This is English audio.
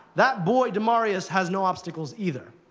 that boy, demaryius, has no obstacles, either.